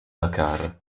dakar